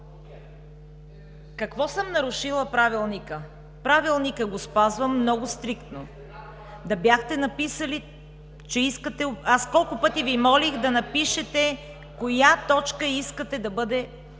какво съм нарушила Правилника? Правилника го спазвам много стриктно. Да бяхте написали, че искате… Колко пъти Ви молих да напишете в коя точка искате да бъде разгледано